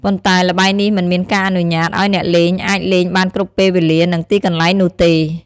ប៉ុន្តែល្បែងនេះមិនមានការអនុញ្ញាតឱ្យអ្នកលេងអាចលេងបានគ្រប់ពេលវេលា និងទីកន្លែងនោះទេ។